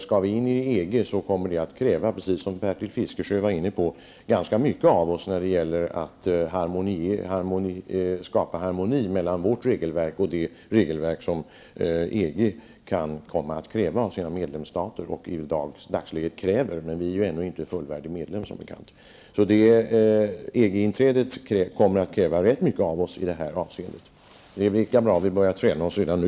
Skall vi in i EG kommer det att kräva, precis som Bertil Fiskesjö sade, ganska mycket av oss när det gäller att skapa harmoni mellan vårt regelverk och det regelverk som EG kan komma att kräva av sina medlemsstater och det man i dagsläget kräver. Sverige är som bekant ännu inte fullvärdig medlem. EG-inträdet kommer att kräva väldigt mycket av oss i detta avseende, och det är lika bra att vi börjar träna oss redan nu.